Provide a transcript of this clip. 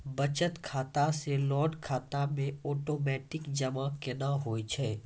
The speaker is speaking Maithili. बचत खाता से लोन खाता मे ओटोमेटिक जमा केना होय छै?